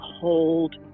hold